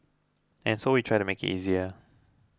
and so we try to make it easier